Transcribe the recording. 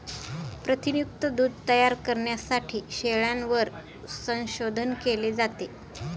प्रथिनयुक्त दूध तयार करण्यासाठी शेळ्यांवर संशोधन केले जाते